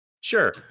Sure